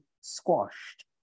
squashed